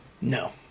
No